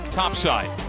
topside